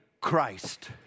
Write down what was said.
Christ